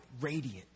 radiant